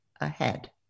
ahead